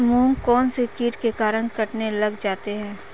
मूंग कौनसे कीट के कारण कटने लग जाते हैं?